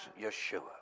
Yeshua